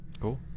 Cool